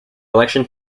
election